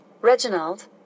Reginald